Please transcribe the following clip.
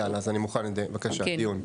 אז יאללה, אני מוכן, בבקשה, דיון.